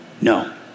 No